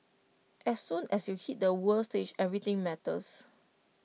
as soon as you hit the world stage everything matters